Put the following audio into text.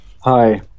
Hi